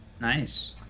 Nice